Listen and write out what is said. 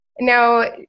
Now